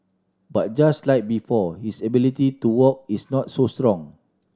but just like before his ability to walk is not so strong